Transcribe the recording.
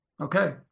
Okay